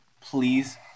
Please